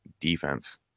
defense